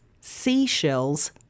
seashells